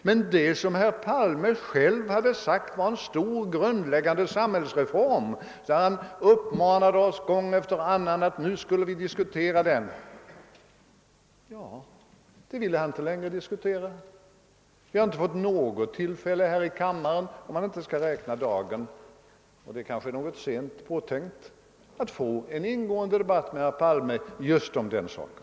Men det som herr Palme själv betecknat som en av de stora och grundläggande samhällsreformerna, som han gång efter gång uppmanat oss att diskutera mera principiellt, ville han nu inte längre debattera. Vi har inte fått något tillfälle — om vi inte skall räkna dagens debatt, men nu är det väl litet sent — att här i kammaren föra en mer ingående debatt med herr Palme just om den saken.